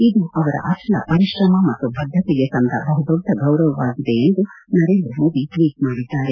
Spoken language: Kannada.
ಇದು ಅವರ ಅಚಲ ಪರಿಶ್ರಮ ಮತ್ತು ಬದ್ದತೆಗೆ ಸಂದ ಬಹುದೊಡ್ಡ ಗೌರವವಾಗಿದೆ ಎಂದು ನರೇಂದ್ರ ಮೋದಿ ಅವರು ಟ್ವೀಟ್ ಮಾಡಿದ್ದಾರೆ